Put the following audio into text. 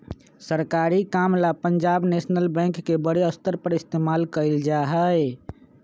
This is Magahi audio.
सरकारी काम ला पंजाब नैशनल बैंक के बडे स्तर पर इस्तेमाल कइल जा हई